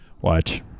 Watch